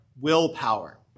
willpower